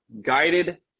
guided